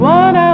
one